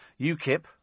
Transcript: UKIP